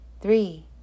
three